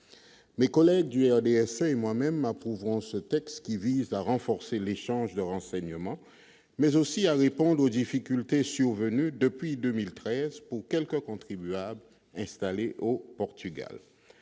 mais Colin du RDS et moi-même approuveront ce texte qui vise à renforcer l'échange de renseignements mais aussi à répondre aux difficultés survenues depuis 2013 pour quelques quelques contribuables installés au Portugal,